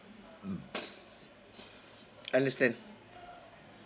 understand